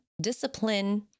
Discipline